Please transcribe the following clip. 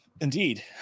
Indeed